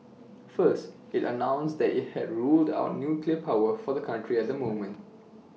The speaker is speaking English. first IT announced that IT had ruled out nuclear power for the country at the moment